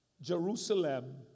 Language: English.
Jerusalem